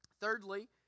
Thirdly